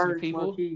people